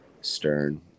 stern